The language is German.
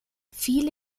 viele